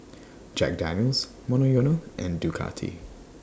Jack Daniel's Monoyono and Ducati